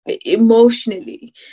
emotionally